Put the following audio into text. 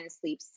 sleep